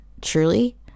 truly